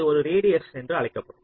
இது ஒரு ரேடியஸ் என வரையறுக்கப்படும்